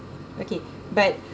okay but